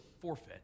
forfeit